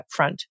upfront